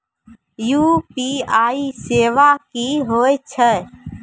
UPI सेवा की होय छै?